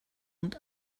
und